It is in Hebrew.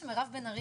שמירב בן ארי,